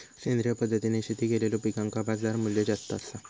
सेंद्रिय पद्धतीने शेती केलेलो पिकांका बाजारमूल्य जास्त आसा